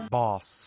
boss